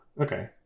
Okay